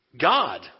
God